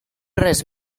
res